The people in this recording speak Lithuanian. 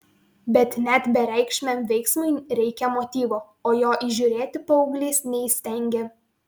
bet net bereikšmiam veiksmui reikia motyvo o jo įžiūrėti paauglys neįstengė